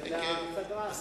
לאחר השר.